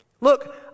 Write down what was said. Look